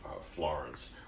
Florence